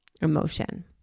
emotion